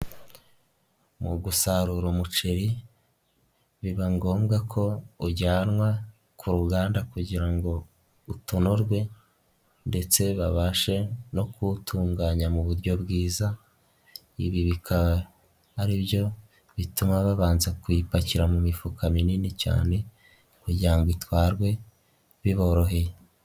Mu gusarura umuceri biba ngombwa ko ujyanwa ku ruganda kugira ngo utonorwe ndetse babashe no kuwutunganya mu buryo bwiza, ibi bikaba aribyo bituma babanza kuyipakira mu mifuka minini cyane kugira ngo itwarwe biboroheye.